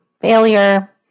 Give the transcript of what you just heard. failure